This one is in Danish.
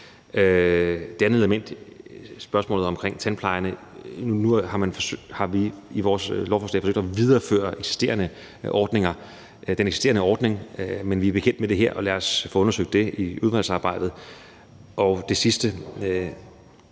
Det andet element er spørgsmålet om tandplejerne. Nu har vi i vores lovforslag forsøgt at videreføre den eksisterende ordning, men vi er bekendt med det her, og lad os få det undersøgt i udvalgsarbejdet.